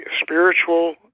spiritual